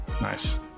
Nice